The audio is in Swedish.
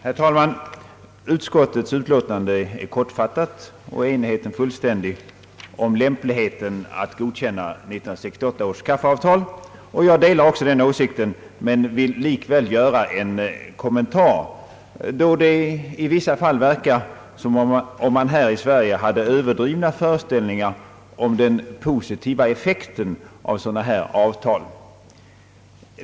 Herr talman! Utskottets utlåtande är kortfattat och enigheten fullständig om lämpligheten av att godkänna 1968 års kaffeavtal. Jag delar också den åsikten men vill likväl göra en kommentar, då det i vissa fall verkar som om man här i Sverige hade överdrivna föreställ ningar om den positiva effekten av sådana avtal.